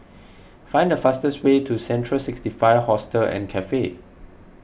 find the fastest way to Central sixty five Hostel and Cafe